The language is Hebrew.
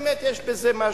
באמת יש בזה משהו.